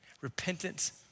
Repentance